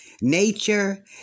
Nature